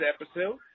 episode